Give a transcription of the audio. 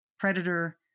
Predator